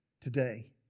today